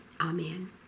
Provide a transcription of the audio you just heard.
Amen